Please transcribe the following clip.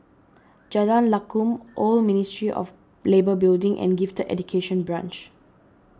Jalan Lakum Old Ministry of Labour Building and Gifted Education Branch